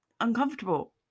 uncomfortable